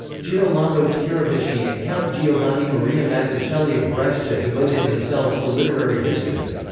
girolamo tiraboschi and count giovanni maria mazzuchelli of brescia devoted themselves to literary history.